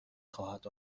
خواهد